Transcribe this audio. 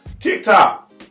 TikTok